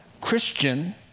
Christian